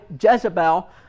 Jezebel